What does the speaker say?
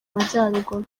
majyaruguru